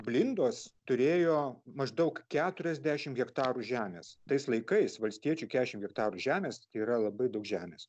blindos turėjo maždaug keturiasdešim hektarų žemės tais laikais valstiečių keturiasdešim hektarų žemės yra labai daug žemės